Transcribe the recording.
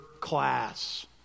class